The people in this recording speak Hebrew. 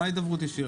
מה הידברות ישירה?